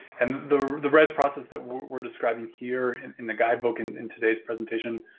and the the rez process that we're describing here and in the guidebook and in today's presentation,